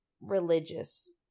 religious